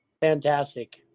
fantastic